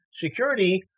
security